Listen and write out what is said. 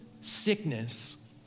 sickness